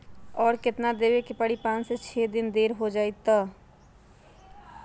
और केतना देब के परी पाँच से छे दिन देर हो जाई त?